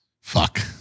Fuck